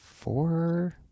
four